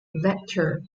vector